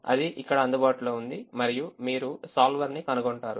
అది ఇక్కడ అందుబాటులో ఉంది మరియు మీరు solver ని కనుగొంటారు